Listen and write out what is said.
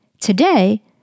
today